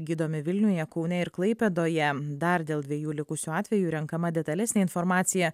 gydomi vilniuje kaune ir klaipėdoje dar dėl dviejų likusių atvejų renkama detalesnė informacija